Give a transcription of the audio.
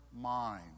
mind